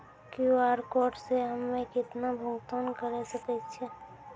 QR code से हम्मय केतना भुगतान करे सके छियै?